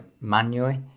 manually